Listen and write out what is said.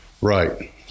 Right